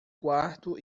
quarto